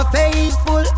faithful